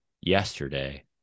yesterday